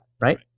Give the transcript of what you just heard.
Right